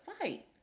fight